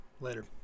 Later